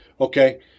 Okay